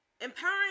empowering